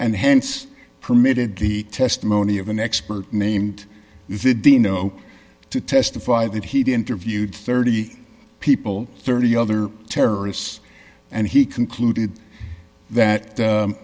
hence permitted the testimony of an expert named the dino to testify that he interviewed thirty people thirty other terrorists and he concluded that